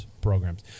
programs